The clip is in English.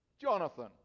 Jonathan